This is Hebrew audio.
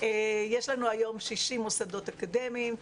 יש לנו היום 60 מוסדות אקדמיים,